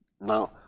Now